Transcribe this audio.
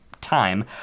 time